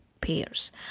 pairs